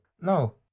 No